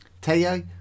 Teo